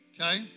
okay